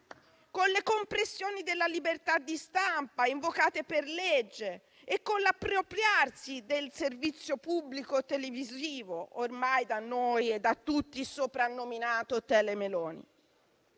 alle compressioni della libertà di stampa invocate per legge e all'appropriarsi del servizio pubblico televisivo, ormai da noi e da tutti soprannominato tele-Meloni.